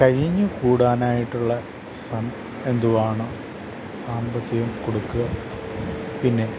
കഴിഞ്ഞു കൂടാനായിട്ടുള്ള എന്തുവാണ് സാമ്പത്തികം കൊടുക്കുക പിന്നെ